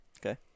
Okay